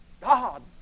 God